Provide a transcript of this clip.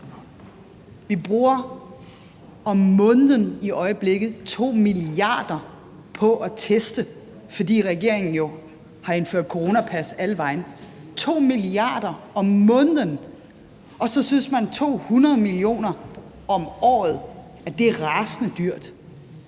Vi bruger om måneden i øjeblikket 2 mia. kr. på at teste, fordi regeringen jo har indført coronapas alle vegne – 2 mia. kr. om måneden. Og så synes man, at 200 mio. kr. om året er rasende dyrt.